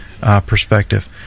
perspective